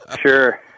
Sure